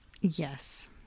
yes